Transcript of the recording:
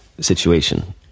situation